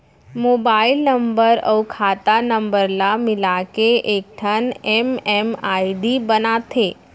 mobile number अउ खाता नंबर ल मिलाके एकठन एम.एम.आई.डी बनाथे